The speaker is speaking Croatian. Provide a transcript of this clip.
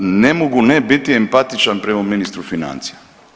Ne mogu ne biti empatičan prema ministru financija.